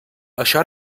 això